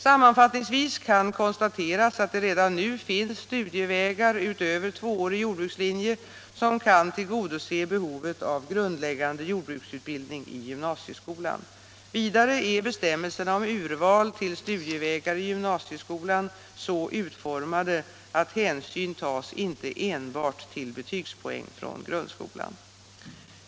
Sammanfattningsvis kan konstateras att det redan nu finns studievägar utöver tvåårig jordbrukslinje som kan tillgodose behovet av grundläggande jordbruksutbildning i gymnasieskolan. Vidare är bestämmelserna om urval till studievägar i gymnasieskolan så utformade att hänsyn tas inte enbart till betygspoäng från grundskolan.